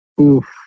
Oof